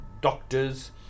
doctors